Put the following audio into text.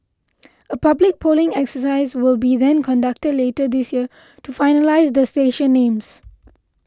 a public polling exercise will be then conducted later this year to finalise the station names